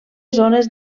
zones